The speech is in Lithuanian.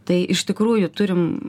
tai iš tikrųjų turim